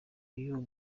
y’uwo